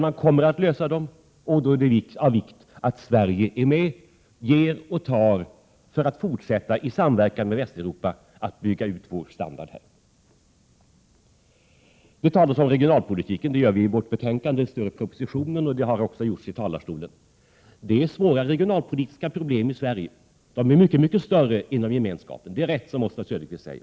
Man kommer dock i sinom tid att lösa dessa. Det är då av vikt att Sverige är med och ger och tar för att fortsätta att i samverkan med Västeuropa bygga ut vår standard. Det talas om regionalpolitik. Vi gör det i vårt betänkande. Det står i propositionen, och det har också sagts ifrån talarstolen. Det finns svåra regionalpolitiska problem i Sverige, men problemen är mycket större inom gemenskapen. Det är rätt som Oswald Söderqvist säger.